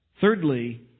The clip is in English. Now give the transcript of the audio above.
Thirdly